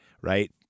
right